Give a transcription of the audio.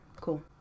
cool